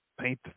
paint